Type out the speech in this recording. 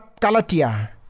kalatia